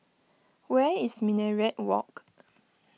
where is Minaret Walk